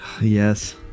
Yes